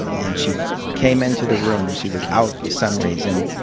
and she came into the room she was out for some reason.